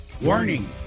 warning